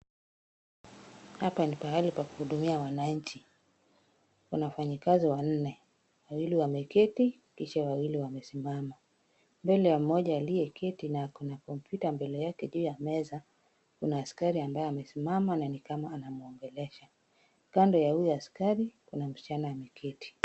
Hapa ni pahali pa kuhudumia wananchi, wanafanyikazi wanne, wawili wameketi kisha wawili wamesimama. Mbele ya mmoja aliyeketi na ako na kompyuta mbele yake juu ya meza, kuna askari ambaye amesimama na ni kama anamwongelesha. Kando ya huyo askari kuna msichana ameketi.